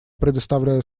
предоставляю